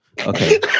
Okay